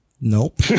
Nope